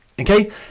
okay